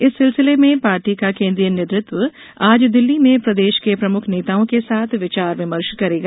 इस सिलसिले में पार्टी का केन्द्रीय नेतृत्व आज दिल्ली में प्रदेश के प्रमुख नेताओं के साथ विचार विमर्श करेगा